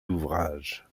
l’ouvrage